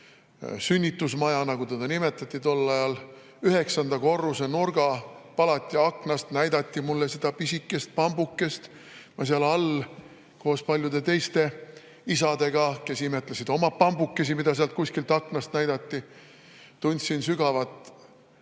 sünnitusmaja, nagu teda siis nimetati, üheksanda korruse nurgapalati aknast näidati mulle seda pisikest pambukest. Ma olin seal all koos paljude teiste isadega, kes imetlesid oma pambukesi, mida sealt kuskilt aknast näidati. Tundsin sügavat